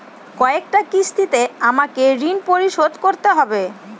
কয়টা কিস্তিতে আমাকে ঋণ পরিশোধ করতে হবে?